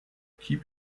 keep